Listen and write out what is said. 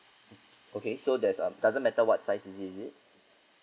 okay so that's uh doesn't matter what size is it